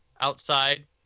outside